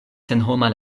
senhoma